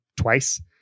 twice